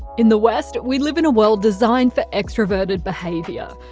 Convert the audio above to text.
in the west, we live in a world designed for extroverted behaviour.